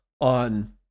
on